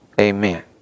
Amen